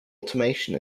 automation